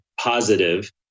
positive